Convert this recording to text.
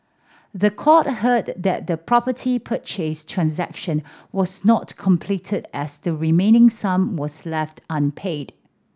the court heard that the property purchase transaction was not completed as the remaining sum was left unpaid